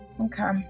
Okay